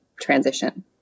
transition